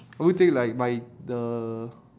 I would take like my the